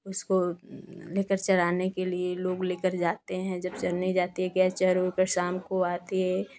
उसको लेकर चराने के लिए लोग लेकर जाते हैं जब चरने जाते हैं गाय चर उर कर शाम को आती है